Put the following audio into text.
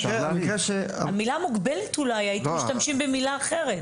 הייתם משתמשים, אולי, במילה אחרת.